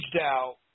out